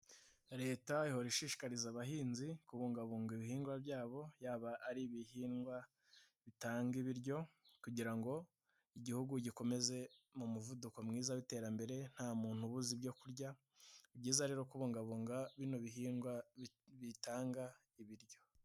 Leta ihora ishishikariza abahinzi kubungabunga ibihingwa byabo, yaba ari ibihingwa bitanga ibiryo kugira ngo Igihugu gikomeze mu muvuduko mwiza w'iterambere nta muntu ubuza ibyo kurya, ni byiza rero kubungabunga bino bihingwa bitanga ibiryo.